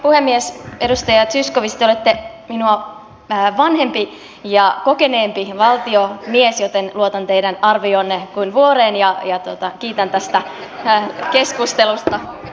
edustaja zyskowicz te olette minua vanhempi ja kokeneempi valtiomies joten luotan teidän arvioonne kuin vuoreen ja kiitän tästä keskustelusta